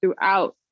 throughout